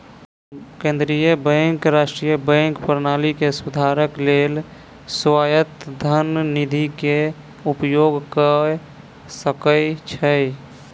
केंद्रीय बैंक राष्ट्रीय बैंक प्रणाली के सुधारक लेल स्वायत्त धन निधि के उपयोग कय सकै छै